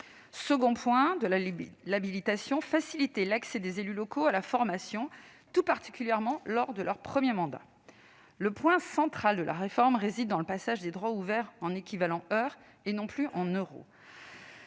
objectif de l'habilitation est de faciliter l'accès des élus locaux à la formation, tout particulièrement lors de leur premier mandat. Le point central de la réforme réside dans le passage des droits ouverts en équivalent heures et non plus en euros.